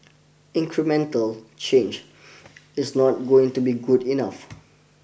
incremental change is not going to be good enough